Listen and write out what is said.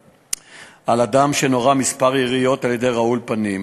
על אדם שנורה כמה יריות על-ידי רעול פנים.